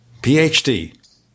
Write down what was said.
PhD